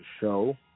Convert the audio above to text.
show